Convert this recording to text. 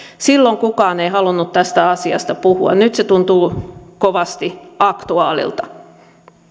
silloin kukaan ei halunnut tästä asiasta puhua nyt se tuntuu kovasti aktuaalilta